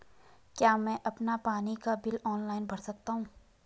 क्या मैं अपना पानी का बिल ऑनलाइन भर सकता हूँ?